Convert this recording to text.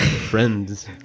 friends